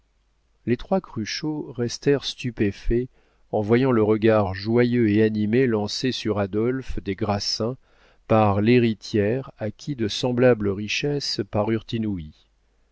les trois cruchot restèrent stupéfaits en voyant le regard joyeux et animé lancé sur adolphe des grassins par l'héritière à qui de semblables richesses parurent inouïes